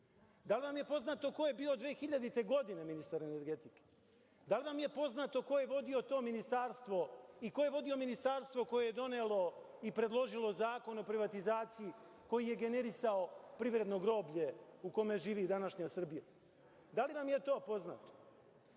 Da li vam je poznato ko je bio 2000. godine ministar energetike? Da li vam je poznato ko je vodio to ministarstvo i ko je vodio ministarstvo koje je donelo i predložilo Zakon o privatizaciji koji je generisao privredno groblje u kome živi današnja Srbija? Da li vam je to poznato?